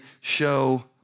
show